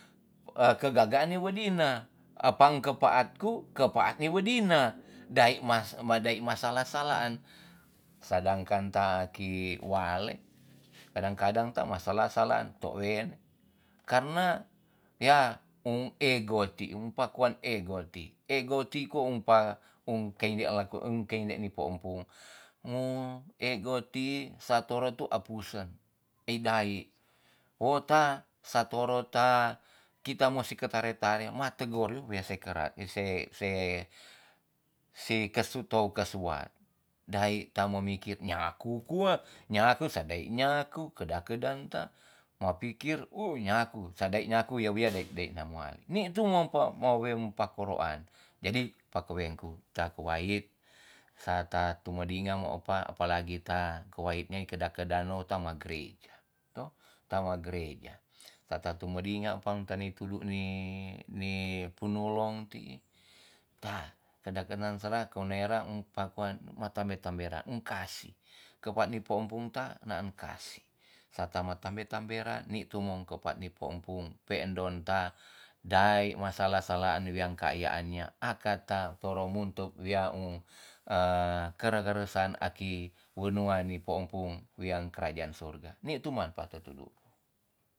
kegaga an ne wedina apan kepaat ku ke paat ne wedina. dae mas- dae masala salahan sedangkan taki wale kadang kadang ta masalah salaan tou wene karna ya um ego ti umpa kwan ego ti- ego ti kong pa um keinde lako um keinde ni po empung. mu ego ti sa toro tu apusen eindaik wo ta sa toro ta kita mosi ketare tare, ma tegor yo we se kera we se se si kesu tou ke suat. dai ta mokir nyaku kwa nyaku san dai nyaku kedan kedan ta, ma pikir u' nyaku sa dai nyaku ya wean dai na muali. ni tu mo po ma wen pako roan. jadi pakeweng ku ta kowait sa ta tu medinga mo epa palagi ta kowait nyai kedak kedan no tama greja toh- tama greja. sata tu medinga pang teni tudu ni ni punolong ti'i ta keda kenan sera ko nera um pakuan matambe tamberan um kasih kepa ni po empung ta, naan kasih. sa ta matamber tamberan ni tu mom kepa ni po empung pe ndon ta dai masala salaan wean kayaai an nya akat ta toro muntok wia u kere keresaan aki unua ni po empung wian kerajaan sorga ni tu man pa tetedu tu.